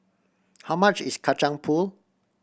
how much is Kacang Pool